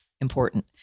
important